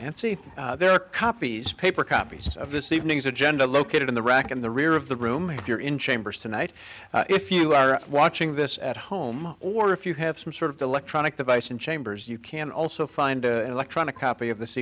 and see there are copies paper copies of this evening's agenda located in the rack in the rear of the room here in chambers tonight if you are watching this at home or if you have some sort of electronic device in chambers you can also find electronic copy of this